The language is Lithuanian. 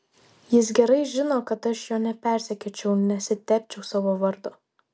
jis gerai žino kad aš jo nepersekiočiau nesitepčiau savo vardo